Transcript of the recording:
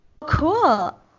cool